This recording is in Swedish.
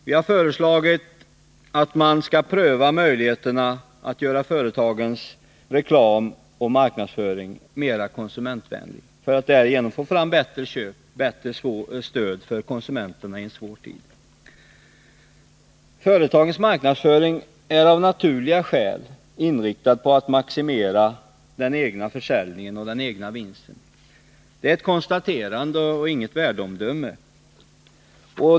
Vi har föreslagit att man skall pröva möjligheterna att göra företagens reklam och marknadsföring mer konsumentvänliga för att konsumenterna därigenom skall kunna göra bättre köp och få bättre stöd i en svår tid. När det gäller marknadsföringen är företagen av naturliga skäl inriktade på att maximera den egna försäljningen och den egna vinsten. Det är ett konstaterande och inget värdeomdöme.